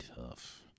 tough